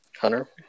Hunter